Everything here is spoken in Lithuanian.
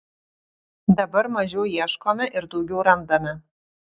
dabar mažiau ieškome ir daugiau randame